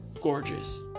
gorgeous